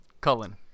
Cullen